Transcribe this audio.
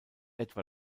etwa